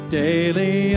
daily